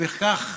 ובכך